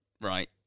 right